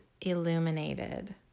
illuminated